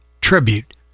tribute